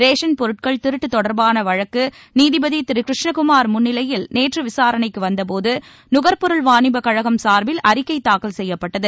ration பொருட்கள் திருட்டு கொடர்பான வழக்கு நீகிபதி திரு கிருஷ்ணகுமார் முன்னிலையில் நேற்று விசாரணைக்கு வந்த போது நுகர்பொருள் வாணிபக் கழகம் சார்பில் அறிக்கை தாக்கல் செய்யப்பட்டது